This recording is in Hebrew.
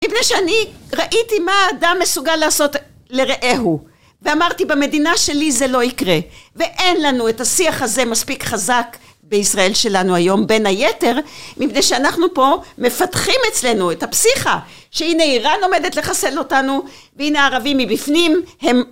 מפני שאני ראיתי מה האדם מסוגל לעשות לרעהו ואמרתי במדינה שלי זה לא יקרה ואין לנו את השיח הזה מספיק חזק בישראל שלנו היום בין היתר מפני שאנחנו פה מפתחים אצלנו את הפסיכה שהנה איראן עומדת לחסן אותנו והנה הערבים מבפנים הם..